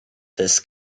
this